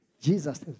Jesus